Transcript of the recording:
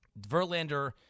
Verlander